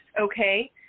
Okay